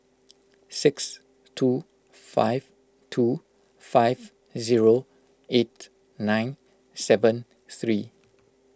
six two five two five zero eight nine seven three